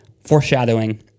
foreshadowing